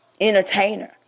entertainer